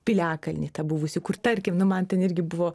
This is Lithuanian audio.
piliakalnį tą buvusį kur tarkim nu man ten irgi buvo